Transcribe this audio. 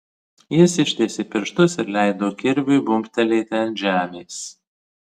jis ištiesė pirštus ir leido kirviui bumbtelėti ant žemės